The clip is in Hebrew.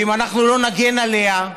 ואם אנחנו לא נגן עליה,